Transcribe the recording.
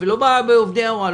בעובדי ההוראה,